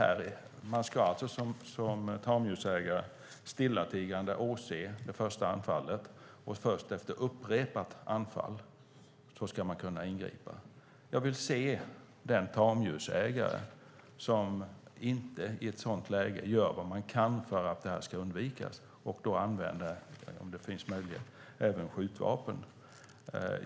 Som tamdjursägare ska man alltså stillatigande åse det första anfallet. Först efter upprepat anfall ska man kunna ingripa. Jag vill se den tamdjursägare som i ett sådant läge inte gör vad vederbörande kan för att det här ska undvikas och då använder, om den möjligheten finns, även skjutvapen.